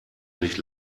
nicht